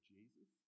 Jesus